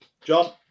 John